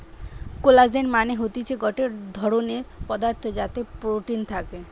collagen মানে হতিছে গটে ধরণের পদার্থ যাতে প্রোটিন থাকে